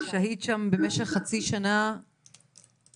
שהית שם במשך חצי שנה במקלט?